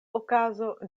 okazo